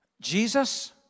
Jesus